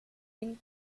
den